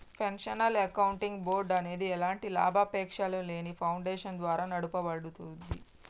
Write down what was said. financial accounting board అనేది ఎలాంటి లాభాపేక్షలేని ఫౌండేషన్ ద్వారా నడపబడుద్ది